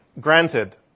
granted